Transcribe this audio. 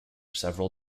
several